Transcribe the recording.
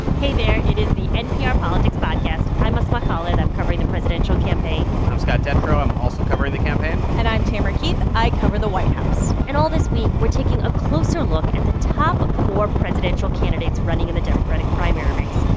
hey, there. it is the npr politics podcast. i'm asma khalid. i'm covering the presidential campaign i'm scott detrow. i'm also covering the campaign and i'm tamara keith. i cover the white house and all this week, we're taking a closer look at the top four presidential candidates running in the democratic primary race.